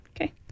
Okay